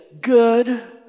good